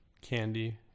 candy